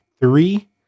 three